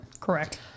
correct